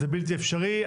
זה בלתי אפשרי.